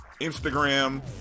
Instagram